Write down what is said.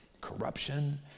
Corruption